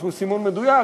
כי הוא סימון מדויק: